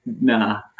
Nah